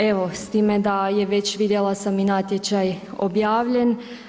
Evo s time da je već vidjela sam natječaj objavljen.